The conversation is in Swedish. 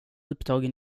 upptagen